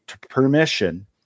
permission